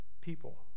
people